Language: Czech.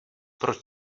proč